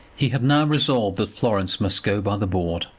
he had now resolved that florence must go by the board.